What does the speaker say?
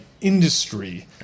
industry